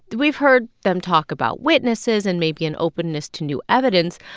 we've heard them talk about witnesses and maybe an openness to new evidence.